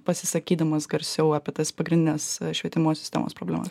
pasisakydamas garsiau apie tas pagrindines švietimo sistemos problemas